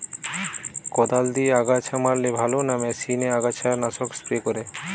কদাল দিয়ে আগাছা মারলে ভালো না মেশিনে আগাছা নাশক স্প্রে করে?